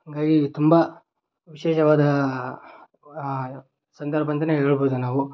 ಹಾಗಾಗಿ ತುಂಬ ವಿಶೇಷವಾದ ಸಂದರ್ಭ ಅಂತಾನೆ ಹೇಳ್ಬೋದು ನಾವು